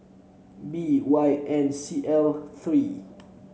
B Y N C L three